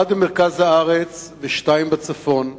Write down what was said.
אחת במרכז הארץ ושתיים בצפון.